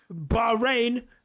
Bahrain